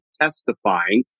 testifying